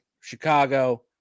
Chicago